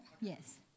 yes